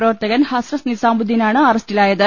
പ്രവർത്തകൻ ഹസ്രത്ത് നിസാമുദ്ദീൻ ആണ് അറസ്റ്റിലായത്